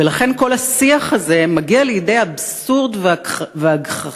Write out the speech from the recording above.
ולכן כל השיח הזה מגיע לידי אבסורד והגחכה,